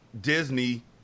Disney